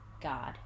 god